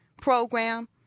program